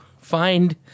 find